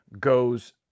goes